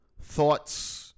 thoughts